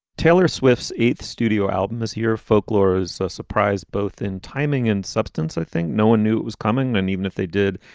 taylor swift's eighth studio album is year folklore is a surprise both in timing and substance. i think no one knew it was coming and even if they did,